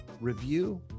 review